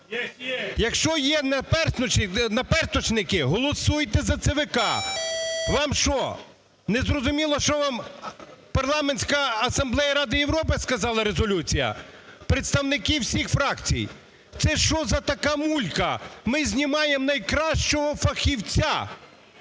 Якщо є "наперсточники", голосуйте за ЦВК. Вам що, незрозуміло, що вам Парламентська асамблея Ради Європи сказала, резолюція? Представники всіх фракцій, це що за така "мулька", ми знімаємо найкращого фахівця,